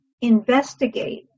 Investigate